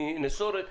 מנסורת,